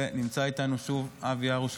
ונמצא איתנו שוב אבי הרוש,